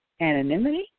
anonymity